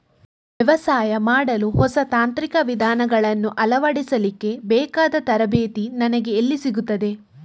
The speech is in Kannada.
ವ್ಯವಸಾಯ ಮಾಡಲು ಹೊಸ ತಾಂತ್ರಿಕ ವಿಧಾನಗಳನ್ನು ಅಳವಡಿಸಲಿಕ್ಕೆ ಬೇಕಾದ ತರಬೇತಿ ನನಗೆ ಎಲ್ಲಿ ಸಿಗುತ್ತದೆ?